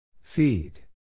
Feed